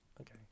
Okay